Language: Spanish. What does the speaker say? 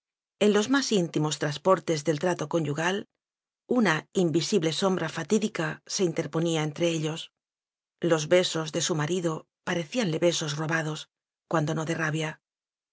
en los más íntimos trasportes del trato conyugal una invisible sombra fatídica se interponía entre ellos los besos de su marido parecíanle besos robados cuando no de rabia